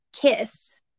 kiss